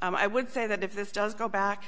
i would say that if this does go back